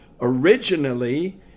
Originally